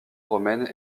romaine